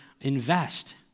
invest